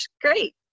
Great